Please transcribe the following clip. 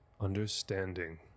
understanding